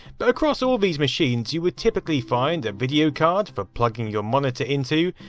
but across all these machines, you would typically find a video card, for plugging your monitor into,